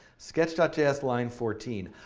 sketch ah js line fourteen.